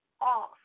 off